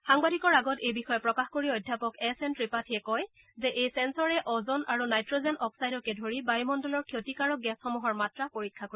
সাংবাদিকৰ আগত এই বিষয়ে প্ৰকাশ কৰি অধ্যাপক এছ এন ৱিপাঠীয়ে কয় যে এই ছেনছৰে অজন আৰু নাইট্টজেন অক্সাইডকে ধৰি বায়ু মণ্ডলৰ ক্ষতিকাৰক গেছসমূহৰ মাত্ৰা পৰীক্ষা কৰিব